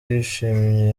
yishimye